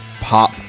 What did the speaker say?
pop